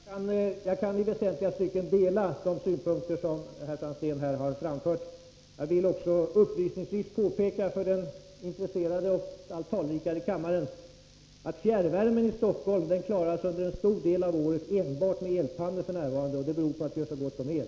Herr talman! Jag kan i väsentliga stycken dela de synpunkter som herr Franzén här har framfört. Jag vill också upplysningsvis påpeka för den intresserade och alltmer talrika församlingen i kammaren att fjärrvärme i Stockholm f. n. klaras enbart med elpannor under en stor del av året, och det beror på att vi har så gott om el.